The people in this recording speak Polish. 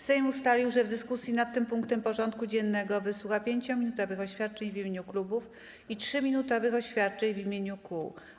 Sejm ustalił, że w dyskusji nad tym punktem porządku dziennego wysłucha 5-minutowych oświadczeń w imieniu klubów i 3-minutowych oświadczeń w imieniu kół.